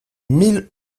mille